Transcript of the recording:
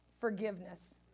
forgiveness